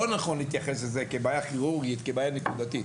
לא נכון להתייחס לזה כבעיה כירורגית, נקודתית.